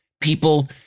people